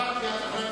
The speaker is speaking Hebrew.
בסדר.